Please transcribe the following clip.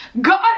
God